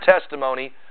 testimony